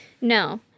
No